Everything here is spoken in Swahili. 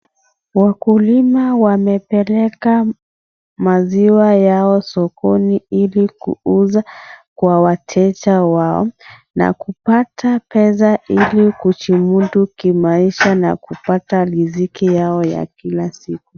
Wakulima wamepeleka maziwa yao sokoni ili kuuza kwa wateja wao na kupata pesa ili kujimudu kimaisha na kupata riziki yao ya kila siku.